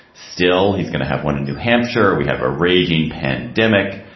still, he's going to have one in new hampshire. we have a raging pandemic.